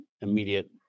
immediate